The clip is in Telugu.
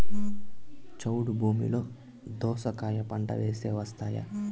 చౌడు భూమిలో దోస కాయ పంట వేస్తే వస్తాయా?